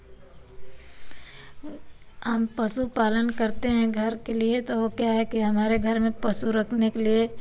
हम पशु पालन करते हैं घर के लिए तो वह क्या है हमारे घर में पशु रखने के लिए